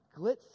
glitz